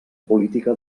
política